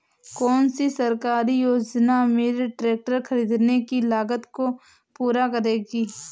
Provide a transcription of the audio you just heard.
कौन सी सरकारी योजना मेरे ट्रैक्टर ख़रीदने की लागत को पूरा करेगी?